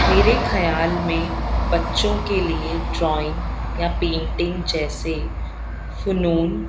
میرے خیال میں بچوں کے لیے ڈرائنگ یا پینٹنگ جیسے فنون